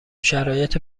شرایط